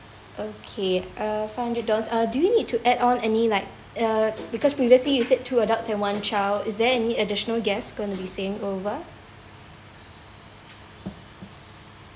okay uh five hundred dollars uh or you need to add on any like uh because previously you said two adults and one child is there any additional guests going to be staying over